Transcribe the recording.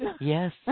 Yes